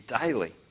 daily